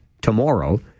tomorrow